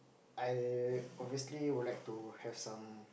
I obviously would like to have some